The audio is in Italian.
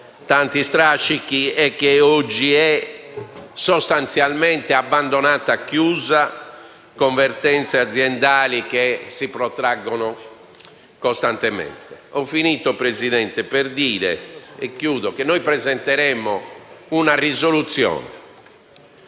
tanti strascichi e che oggi è sostanzialmente abbandonata e chiusa, con vertenze aziendali che si protraggono costantemente). Concludo, signor Presidente, dicendo che noi presenteremo una proposta